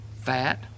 fat